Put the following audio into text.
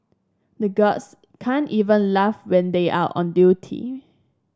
the guards can't even laugh when they are on duty